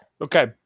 Okay